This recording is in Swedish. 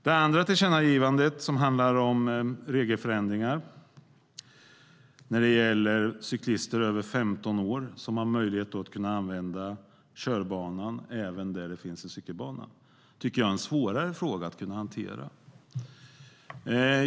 Det andra tillkännagivandet handlar om regelförändringar när det gäller cyklister över 15 år som har möjlighet att använda körbanan även där det finns en cykelbana. Detta tycker jag är en svårare fråga att hantera.